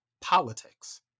politics